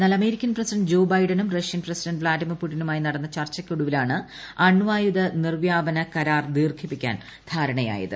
എന്നാൽ American president Joe ബൈഡനും Russian president Vladimir പുടിനുമായി നടന്ന ചർച്ചയ്ക്കൊടുവിലാണ് അണ്വായുധ നിർവ്യാപന കരാർ ദീർഘിപ്പിക്കാൻ ധാരണയായത്